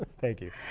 ah thank you.